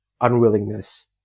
unwillingness